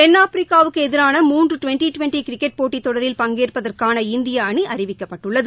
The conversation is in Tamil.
தென்னாப்பிரிக்காவுக்கு எதிரான மூன்று டிவெண்டி டிவெண்டி கிரிக்கெட் போட்டித் தொடரில் பங்கேற்பதற்கான இந்திய அணி அறிவிக்கப்பட்டுள்ளது